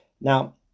Now